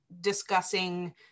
discussing